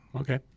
Okay